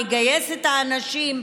מגייס את האנשים,